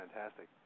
fantastic